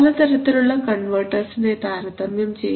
പലതരത്തിലുള്ള കൺവെർട്ടർസിനെ താരതമ്യം ചെയ്യാം